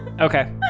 Okay